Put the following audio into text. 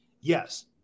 Yes